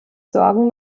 sorgen